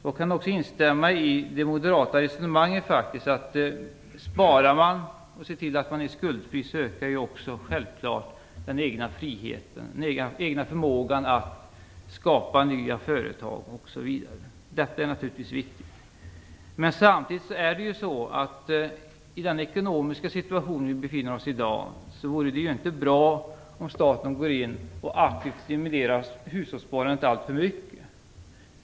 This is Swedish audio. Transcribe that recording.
Jag kan också instämma i det moderata resonemanget att om man sparar och ser till att bli skuldfri, ökar självklart också den egna friheten och den egna förmågan att skapa nya företag osv. Detta är naturligtvis viktigt. Men samtidigt vore det, i den ekonomiska situation som vi i dag befinner oss i, inte bra om staten aktivt stimulerade hushållssparandet alltför mycket.